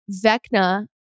vecna